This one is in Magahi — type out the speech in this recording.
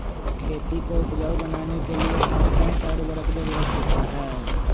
खेती को उपजाऊ बनाने के लिए कौन कौन सा उर्वरक जरुरत होता हैं?